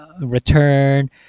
return